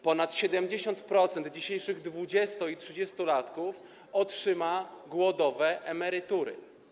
Ponad 70% dzisiejszych dwudziesto- i trzydziestolatków otrzyma głodowe emerytury.